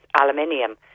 aluminium